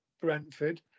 Brentford